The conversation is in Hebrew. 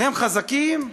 הם חזקים?